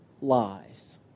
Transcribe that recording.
lies